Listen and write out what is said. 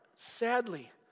Sadly